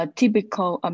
typical